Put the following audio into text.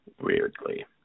weirdly